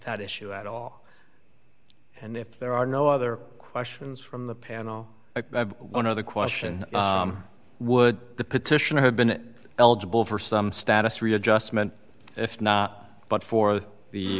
that issue at all and if there are no other questions from the panel one other question would the petitioner have been eligible for some status readjustment if not but for the